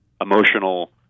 emotional